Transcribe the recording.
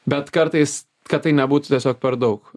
bet kartais kad tai nebūtų tiesiog per daug